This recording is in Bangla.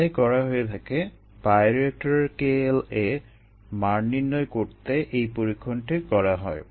এটাই করা হয়ে থাকে বায়োরিয়েক্টরের kLa মান নির্ণয় করতে এই পরীক্ষণটিই করা হয়